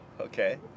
Okay